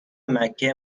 مکه